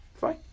Fine